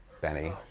Benny